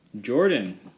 Jordan